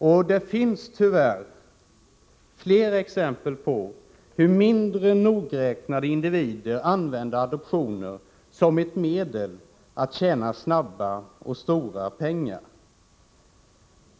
Och det finns tyvärr fler exempel på hur mindre nogräknade individer använder adoptioner som ett medel att tjäna snabba och stora pengar.